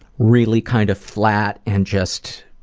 really kind of flat and just